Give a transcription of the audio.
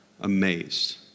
amazed